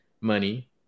money